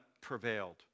prevailed